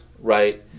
Right